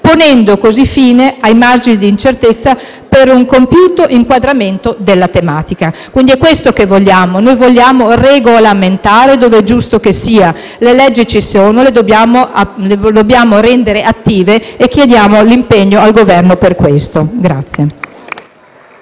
ponendo così fine ai margini di incertezza per un compiuto inquadramento della tematica. Quindi, è questo che vogliamo: regolamentare dove è giusto che sia. Le leggi ci sono, le dobbiamo rendere attive e chiediamo un impegno al Governo per questo.